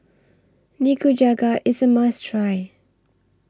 Nikujaga IS A must Try